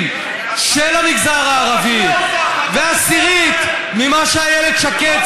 של המגזר הערבי ועשירית ממה שאיילת שקד,